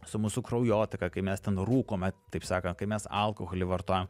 su mūsų kraujotaka kai mes ten rūkome taip sakant kai mes alkoholį vartojam